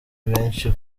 benshi